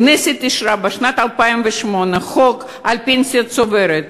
הכנסת אישרה בשנת 2008 חוק של פנסיה צוברת.